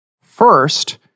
first